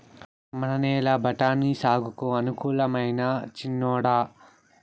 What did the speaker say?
మన నేల బఠాని సాగుకు అనుకూలమైనా చిన్నోడా